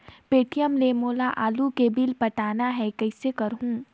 Paytm ले मोला आलू के बिल पटाना हे, कइसे करहुँ?